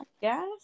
Yes